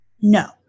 no